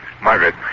Margaret